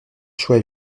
choix